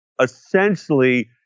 essentially